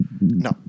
No